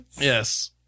Yes